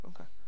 Okay